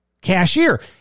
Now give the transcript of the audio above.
cashier